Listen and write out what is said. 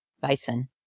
bison